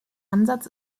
ansatz